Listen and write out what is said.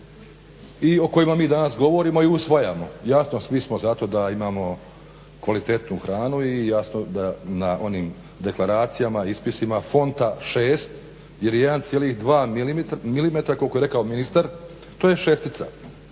i o kojima mi danas govorimo i usvajamo. Jasno, svi smo za to da imamo kvalitetnu hranu i jasno da na onim deklaracijama, ispisima, fonta 6, jer 1,2 milimetra koliko je rekao ministar to je 6-ica